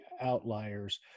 outliers